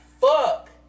Fuck